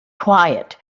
quiet